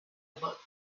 about